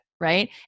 right